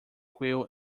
quail